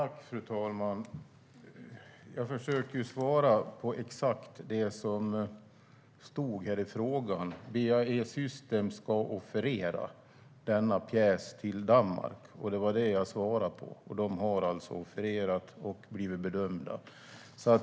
Fru talman! Jag försöker svara på exakt det som stod i frågan som handlade om vilka åtgärder jag är beredd att vidta för att BAE Systems ska offerera denna pjäs till Danmark. Det var det jag svarade på. De har alltså offererat och blivit bedömda.